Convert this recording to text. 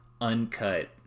uncut